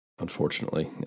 unfortunately